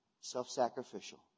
self-sacrificial